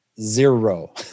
Zero